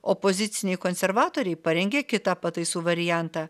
opoziciniai konservatoriai parengė kitą pataisų variantą